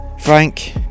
Frank